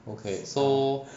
okay so